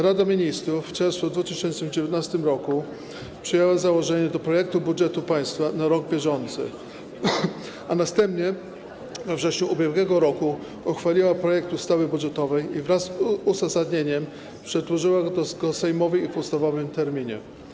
Rada Ministrów w czerwcu 2019 r. przyjęła założenia do projektu budżetu państwa na rok bieżący, a następnie we wrześniu ub.r. uchwaliła projekt ustawy budżetowej i wraz z uzasadnieniem przedłożyła go Sejmowi w ustawowym terminie.